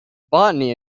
botany